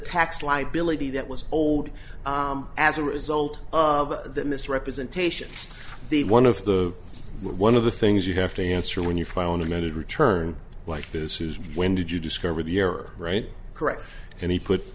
tax liability that was old as a result of the mis representation the one of the one of the things you have to answer when you file an amended return like this is when did you discover the error right correct and he put